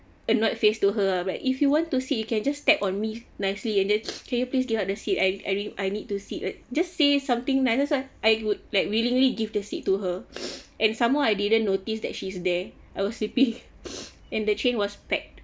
annoyed face to her ah but if you want to sit you can just tap on me nicely and then can you please give up the seat I I real~ I need to sit uh just say something nice I would like willingly give the seat to her and some more I didn't notice that she's there I was sleeping and the train was packed